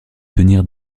tenir